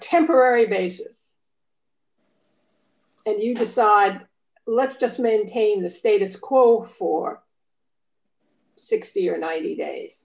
temporary basis and you decide let's just maintain the status quo for sixty or ninety days